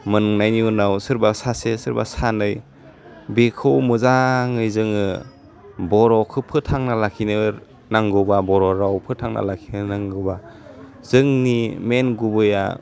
मोन्नायनि उनाव सोरबा सासे सोरबा सानै बेखौ मोजाङै जोङो बर'खौ फोथांना लाखिनो नांगौबा बर' राव फोथांना लाखिनो नांगौबा जोंनि मेइन गुबैया